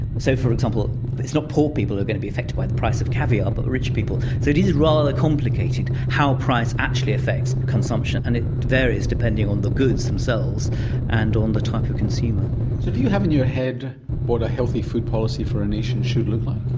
so for example it's not poor people who are going to be affected by the price of caviar but the rich people. so it is rather complicated how price actually affects consumption and it varies depending on the goods themselves and on the type of consumer. so do you have in your head what a healthy food policy for a nation should look like?